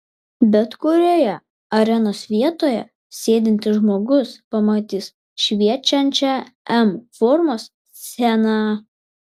bet kurioje arenos vietoje sėdintis žmogus pamatys šviečiančią m formos sceną